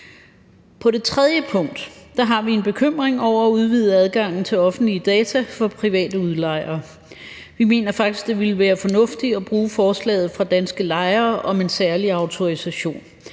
På det tredje punkt har vi en bekymring over at udvide adgangen til offentlige data for private udlejere. Vi mener faktisk, det ville være fornuftigt at bruge forslaget fra Danske Lejere om en særlig autorisation.